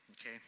okay